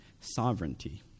sovereignty